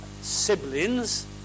siblings